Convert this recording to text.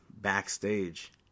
backstage